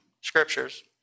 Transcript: scriptures